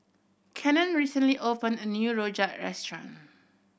Cannon recently opened a new rojak restaurant